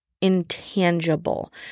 intangible